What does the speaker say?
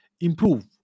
improve